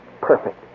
Perfect